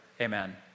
Amen